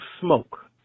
smoke